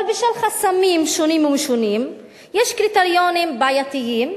אבל בשל חסמים שונים ומשונים יש קריטריונים בעייתיים,